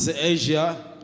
Asia